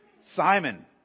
Simon